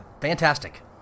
fantastic